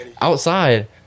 outside –